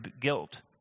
guilt